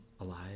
alive